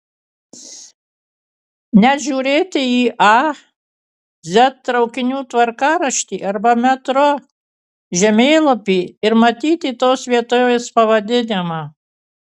net žiūrėti į a z traukinių tvarkaraštį arba metro žemėlapį ir matyti tos vietovės pavadinimą